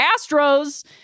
Astros